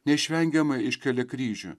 neišvengiamai iškelia kryžių